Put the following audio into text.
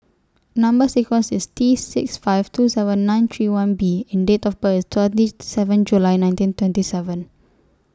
Number sequence IS T six five two seven nine three one B and Date of birth IS twenty seven July nineteen twenty seven